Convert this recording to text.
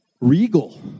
regal